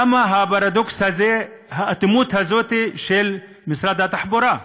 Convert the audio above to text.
למה הפרדוקס הזה, האטימות הזאת, של משרד התחבורה?